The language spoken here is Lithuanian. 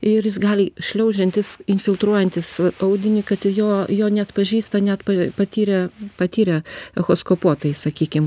ir jis gali šliaužiantis infiltruojantis va audinį kad jo jo neatpažįsta net patyrę patyrę echoskopuotojai sakykim